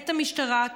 את המשטרה,